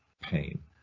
pain